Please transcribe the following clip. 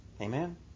Amen